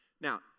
Now